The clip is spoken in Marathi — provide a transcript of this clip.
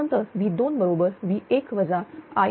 नंतर V2बरोबर V1 I1Z1